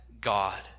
God